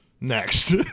Next